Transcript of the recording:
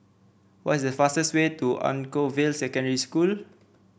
what is the fastest way to Anchorvale Secondary School